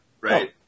right